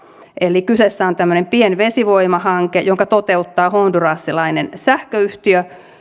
eli kyseessä on tämmöinen pienvesivoimahanke jonka toteuttaa hondurasilainen sähköyhtiö